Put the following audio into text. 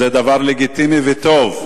זה דבר לגיטימי וטוב.